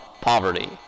poverty